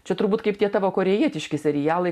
čia turbūt kaip tie tavo korėjietiški serialai